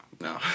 no